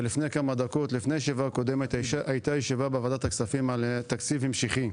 ולפני הישיבה הקודמת היתה ישיבה בוועדת הכספים על תקציב המשכי.